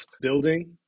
building